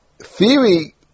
theory